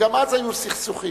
וגם אז היו סכסוכים.